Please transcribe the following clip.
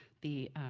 the